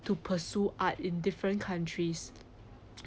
to pursue art in different countries